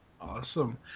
Awesome